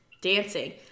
dancing